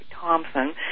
Thompson